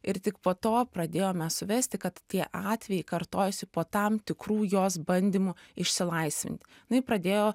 ir tik po to pradėjome suvesti kad tie atvejai kartojasi po tam tikrų jos bandymų išsilaisvinti jinai pradėjo